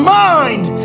mind